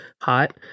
hot